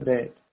Right